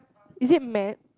is it matte